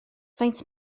faint